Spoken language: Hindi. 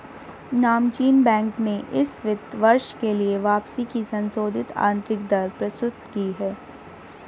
नामचीन बैंक ने इस वित्त वर्ष के लिए वापसी की संशोधित आंतरिक दर प्रस्तुत की